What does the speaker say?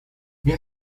new